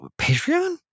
Patreon